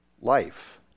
life